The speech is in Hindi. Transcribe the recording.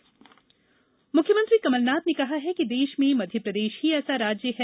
सीएम कमलनाथ मुख्यमंत्री कमलनाथ ने कहा है कि देश में मध्यप्रदेश ही ऐसा राज्य है